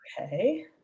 Okay